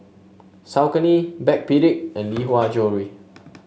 Saucony Backpedic and Lee Hwa Jewellery